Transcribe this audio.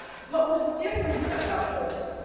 what was different about this,